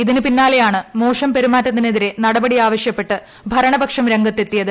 ഇതിന് പിന്നാലെയാണ് മോശം പെരുമാറ്റത്തിനെതിരെ നടപടി ആവശ്യപ്പെട്ട് ഭരണപക്ഷം രംഗത്തെത്തിയത്